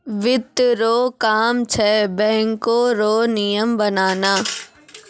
वित्त रो काम छै बैको रो नियम बनाना